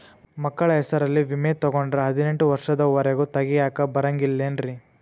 ಮಕ್ಕಳ ಹೆಸರಲ್ಲಿ ವಿಮೆ ತೊಗೊಂಡ್ರ ಹದಿನೆಂಟು ವರ್ಷದ ಒರೆಗೂ ತೆಗಿಯಾಕ ಬರಂಗಿಲ್ಲೇನ್ರಿ?